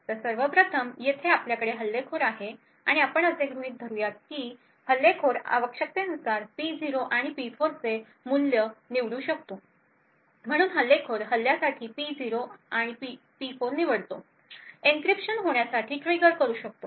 तर सर्वप्रथम येथे आपल्याकडे हल्लेखोर आहे आणि आपण असे गृहित धरू की हल्लेखोर आवश्यकतेनुसार P0 आणि P4 ची मूल्ये निवडू शकतो म्हणून हल्लेखोर हल्ल्यासाठी P0 P4 निवडतो एनक्रिप्शन होण्यासाठी ट्रिगर करू शकतो